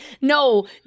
No